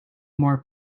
more